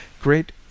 Great